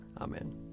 Amen